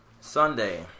Sunday